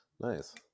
nice